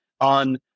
on